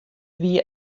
wie